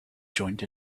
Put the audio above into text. joint